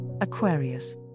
Aquarius